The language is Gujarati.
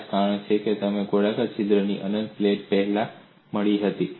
આ જ કારણ છે કે તમને એક ગોળાકાર છિદ્રવાળી અનંત પ્લેટ પહેલા મળી હતી